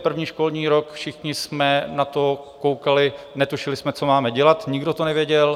První školní rok, všichni jsme na to koukali, netušili jsme, co máme dělat, nikdo to nevěděl.